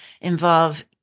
involve